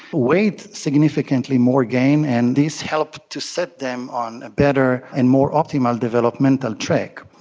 weight significantly more gain, and this helps to set them on a better and more optimal developmental track.